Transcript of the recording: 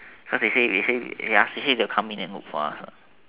cause they say they say ya they say they will come in and look for us what